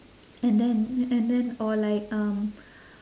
and then and then or like um